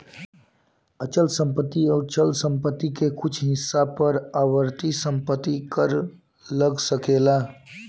अचल संपत्ति अउर चल संपत्ति के कुछ हिस्सा पर आवर्ती संपत्ति कर लाग सकेला